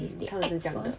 mm 他们是这样的